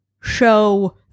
show